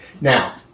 Now